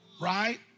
right